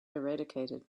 eradicated